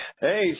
Hey